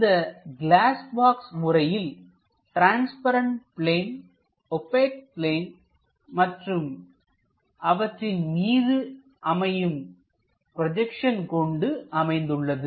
இந்த glass box முறையில் transparent plane opaque plane மற்றும் அவற்றின் மீது அமையும் ப்ரொஜெக்ஷன் கொண்டு அமைந்துள்ளது